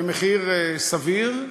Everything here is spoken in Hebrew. במחיר סביר,